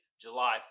July